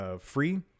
free